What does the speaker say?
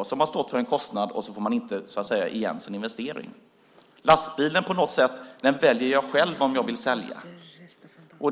Och så har jag stått för en kostnad utan att få igen min investering. Lastbilen väljer jag själv om jag vill sälja.